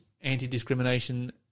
anti-discrimination